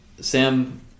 Sam